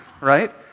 right